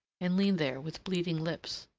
and leaned there with bleeding lips.